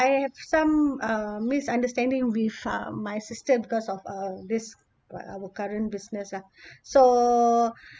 I have some uh misunderstanding with uh my sister because of uh this w~ our current business lah so